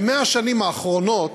ב-100 השנים האחרונות,